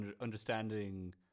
understanding